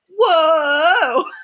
Whoa